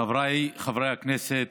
חבריי חברי הכנסת,